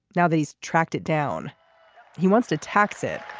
now these tracked it down he wants to tax it.